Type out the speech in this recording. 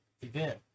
event